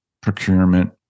procurement